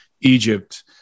Egypt